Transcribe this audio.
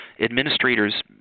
administrators